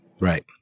right